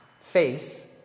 face